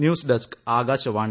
news desk Akashvani